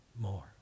more